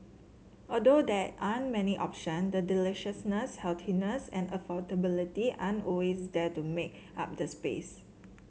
although there aren't many option the deliciousness healthiness and affordability are always there to make up the space